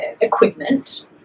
equipment